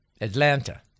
Atlanta